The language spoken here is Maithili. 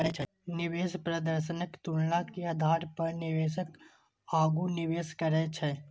निवेश प्रदर्शनक तुलना के आधार पर निवेशक आगू निवेश करै छै